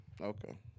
Okay